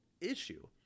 issue